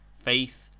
faith,